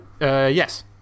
yes